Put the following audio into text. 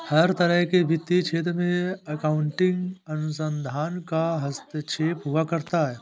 हर तरह के वित्तीय क्षेत्र में अकाउन्टिंग अनुसंधान का हस्तक्षेप हुआ करता है